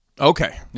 Okay